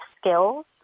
skills